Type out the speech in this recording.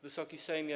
Wysoki Sejmie!